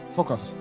Focus